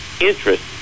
interest